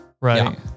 right